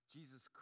Jesus